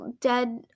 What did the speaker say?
dead